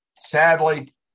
Sadly